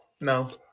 No